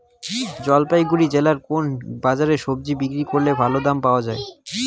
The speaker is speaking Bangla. জলপাইগুড়ি জেলায় কোন বাজারে সবজি বিক্রি করলে ভালো দাম পাওয়া যায়?